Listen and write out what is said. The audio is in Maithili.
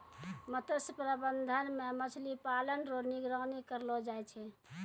मत्स्य प्रबंधन मे मछली पालन रो निगरानी करलो जाय छै